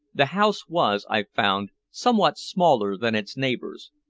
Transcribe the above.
the house was, i found, somewhat smaller than its neighbors,